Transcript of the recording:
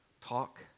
talk